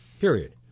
period